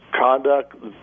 conduct